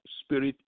spirit